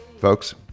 folks